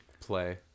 play